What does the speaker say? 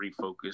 refocus